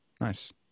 nice